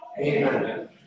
Amen